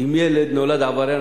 אם ילד נולד עבריין.